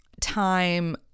time